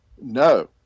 No